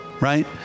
right